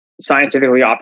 scientifically